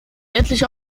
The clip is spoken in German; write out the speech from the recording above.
endlich